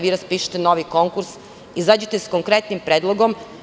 Vi raspišite novi konkurs, izađite sa konkretnim predlogom.